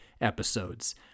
episodes